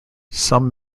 some